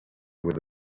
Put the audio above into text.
with